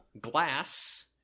Glass